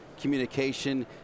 communication